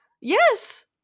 Yes